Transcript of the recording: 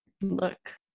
look